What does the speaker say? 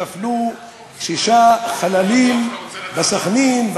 כשנפלו שישה חללים בסח'נין,